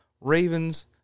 Ravens